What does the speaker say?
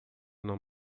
não